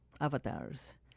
avatars